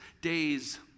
days